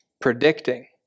predicting